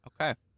Okay